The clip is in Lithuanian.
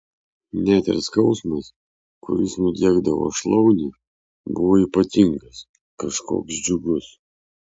net ir skausmas kuris nudiegdavo šlaunį buvo ypatingas kažkoks džiugus